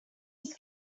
his